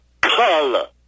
color